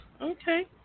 Okay